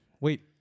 wait